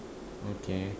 okay